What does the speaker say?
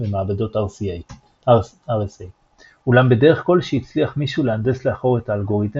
במעבדות RSA. אולם בדרך כלשהי הצליח מישהו להנדס לאחור את האלגוריתם